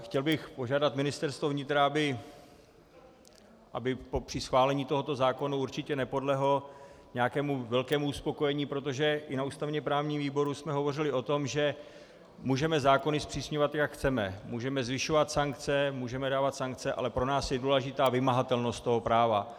Chtěl bych požádat Ministerstvo vnitra, aby při schválení tohoto zákona určitě nepodlehlo nějakému velkému uspokojení, protože i na ústavněprávním výboru jsme hovořili o tom, že můžeme zákony zpřísňovat, jak chceme, můžeme zvyšovat sankce, můžeme dávat sankce, ale pro nás je důležitá vymahatelnost práva.